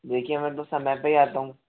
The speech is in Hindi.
देखिए मैं तो समय पे ही आता हूँ